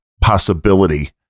possibility